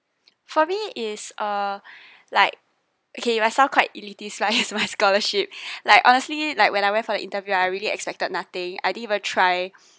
for me is uh like okay might sounds quite it's my it's my scholarship like honestly like when I went for the interview I really expected nothing I didn't even try